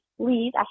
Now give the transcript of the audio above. Please